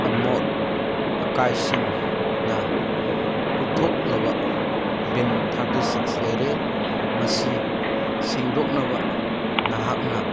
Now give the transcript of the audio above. ꯑꯃꯣꯠ ꯑꯀꯥꯏꯁꯤꯡꯅ ꯄꯥꯊꯣꯛꯂꯕ ꯕꯤꯟ ꯊꯥꯔꯇꯤ ꯁꯤꯛꯁ ꯂꯩꯔꯦ ꯃꯁꯤ ꯁꯦꯡꯗꯣꯛꯅꯕ ꯅꯍꯥꯛꯅ